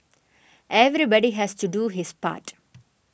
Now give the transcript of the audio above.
everybody has to do his part